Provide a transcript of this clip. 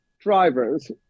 drivers